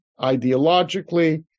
ideologically